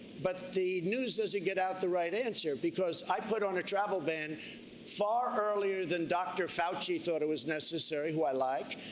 but the news doesn't get out the right answer, because i put on a travel ban far earlier than dr. fauci thought it was necessary, who i like.